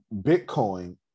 Bitcoin